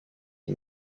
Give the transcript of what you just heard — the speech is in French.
les